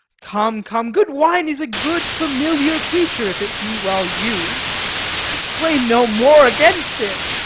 come, come, good wine is a good familiar creature, if it be well used exclaim no more against it.